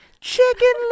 Chicken